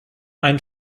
ein